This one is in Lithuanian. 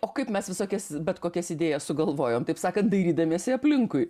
o kaip mes visokias bet kokias idėjas sugalvojom taip sakant dairydamiesi aplinkui